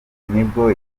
nibwo